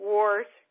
Wars